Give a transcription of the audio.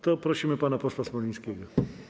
To prosimy pana posła Smolińskiego.